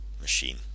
machine